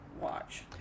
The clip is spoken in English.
watch